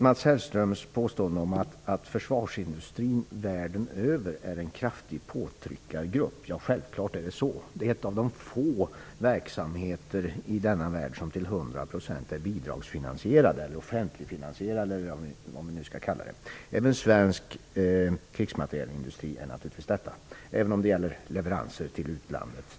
Mats Hellströms påstår att försvarsindustrin världen över är en kraftig påtryckargrupp. Ja, självklart är det så. Det är en av de få verksamheter i denna värld som till hundra procent är bidragsfinansierad, offentligfinansierad eller hur vi nu skall kalla det. Detta gäller också svensk krigsmaterielindustri, även i fråga om leveranser till utlandet.